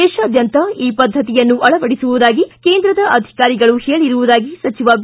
ದೇಶಾದ್ಯಂತ ಈ ಪದ್ಧತಿಯನ್ನು ಅಳವಡಿಸುವುದಾಗಿ ಕೇಂದ್ರದ ಅಧಿಕಾರಿಗಳು ಹೇಳಿರುವುದಾಗಿ ಸಚಿವ ಬಿ